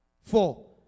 Four